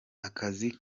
akazi